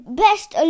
best